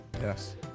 yes